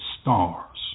stars